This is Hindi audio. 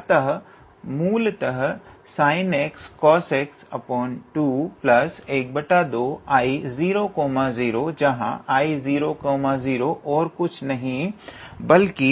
अतः मूलतः sinxcosx212 I00 जहां I00 और कुछ नहीं बल्कि